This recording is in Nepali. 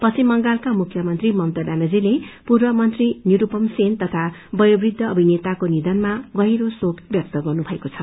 पश्चिम बंगालका मुख्यमन्त्री ममता व्यानर्जील पूर्व मंत्री निरूपम सेन तथा वयोवृद्ध अभिनेताको निधनमा गहिरो शोक व्यक्त गर्नुळभएको छ